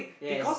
yes